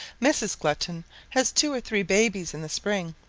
mrs. glutton has two or three babies in the spring.